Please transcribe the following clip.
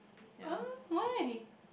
uh why